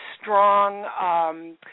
strong